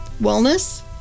wellness